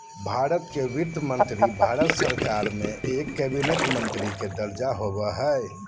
भारत के वित्त मंत्री भारत सरकार में एक कैबिनेट मंत्री के दर्जा होबो हइ